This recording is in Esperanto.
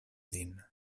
lin